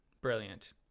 Brilliant